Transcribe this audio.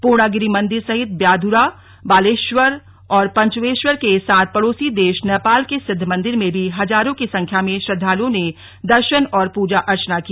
पूर्णागिरी मन्दिर सहित ब्यांधुरा बालेश्वर और पंचेश्वर के साथ पड़ोसी देश नेपाल के सिद्ध मन्दिर में भी हजारों की संख्या में श्रद्वालुओ ने दर्शन और पूजा अर्चना की